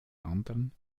anderen